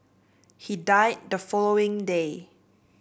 he died the following day